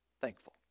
thankful